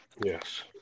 Yes